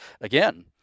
again